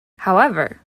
however